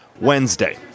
Wednesday